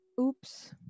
Oops